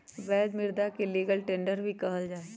वैध मुदा के लीगल टेंडर भी कहल जाहई